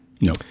No